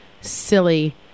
silly